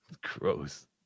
gross